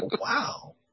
Wow